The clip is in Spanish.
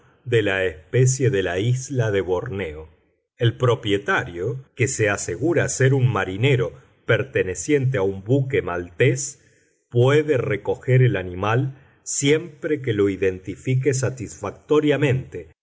de la especie de la isla de borneo el propietario que se asegura ser un marinero perteneciente a un buque maltés puede recoger el animal siempre que lo identifique satisfactoriamente